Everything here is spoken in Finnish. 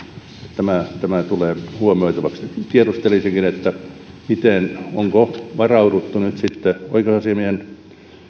tulee huomioitavaksi tiedustelisinkin miten on onko nyt sitten varauduttu oikeusasiamiehen